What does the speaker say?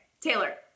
Taylor